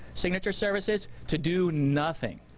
signature services to do nothing.